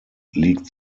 liegt